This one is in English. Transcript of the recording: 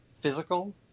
physical